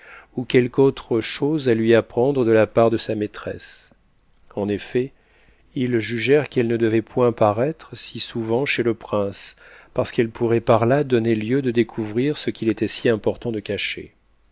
ou quelque autre chose à lui apprendre de la part de sa maîtresse en effet ils jugèrent qu'elle ne devait point paraître si souvent chez le prince parce qu'elle pourrait par là donner lieu de découvrir ce qu'il était si important de